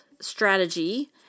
strategy